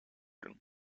doen